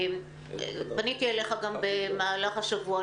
פניתי אליך גם במהלך השבוע.